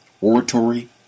oratory